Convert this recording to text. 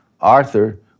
Arthur